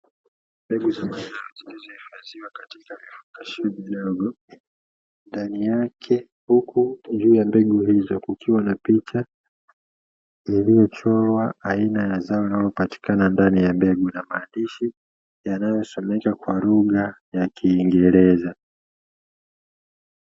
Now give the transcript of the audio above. Mbegu za mazao zilizohifadhiwa katika vifungashio vidogo ndani yake. Huku juu ya mbegu hizo kukiwa na picha iliyochora aina ya zao linalopatikana ndani ya mbegu na maandishi yanayosomeka kwa lugha ya kiingereza.